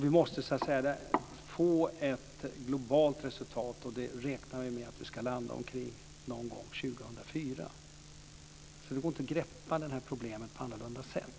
Vi måste få ett globalt resultat. Vi räknar med att landa med ett sådant omkring 2004. Det går inte att greppa det här problemet på annorlunda sätt.